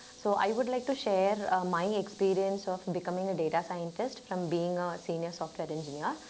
so i would like to share my experience so of and becoming a data scientist from being ah a senior software engineer.